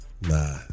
Nah